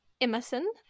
Emerson